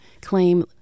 claim